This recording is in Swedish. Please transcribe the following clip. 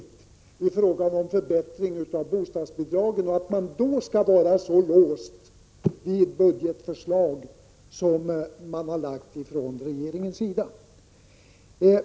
Det gäller ju en förbättring av bostadsbidragen, och frågan är då hur låst man skall vara av ett budgetförslag från regeringens sida.